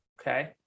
Okay